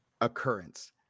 occurrence